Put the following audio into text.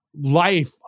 life